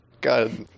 God